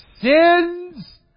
sins